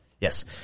Yes